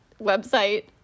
website